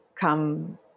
come